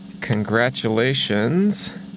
congratulations